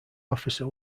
officer